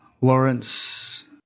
Lawrence